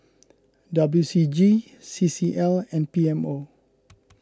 W C G C C L and P M O